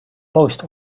post